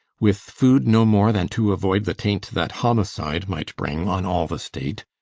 with food no more than to avoid the taint that homicide might bring on all the state,